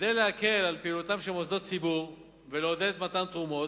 כדי להקל את פעילותם של מוסדות ציבור ולעודד מתן תרומות,